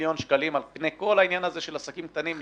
מיליון שקלים על פני כל העניין הזה של עסקים קטנים.